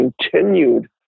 continued